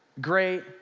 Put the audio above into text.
great